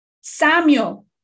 Samuel